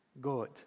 God